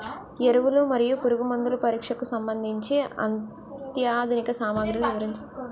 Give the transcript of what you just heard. ఎరువులు మరియు పురుగుమందుల పరీక్షకు సంబంధించి అత్యాధునిక సామగ్రిలు వివరించండి?